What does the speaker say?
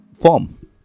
form